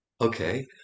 okay